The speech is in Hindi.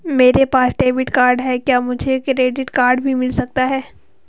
मेरे पास डेबिट कार्ड है क्या मुझे क्रेडिट कार्ड भी मिल सकता है?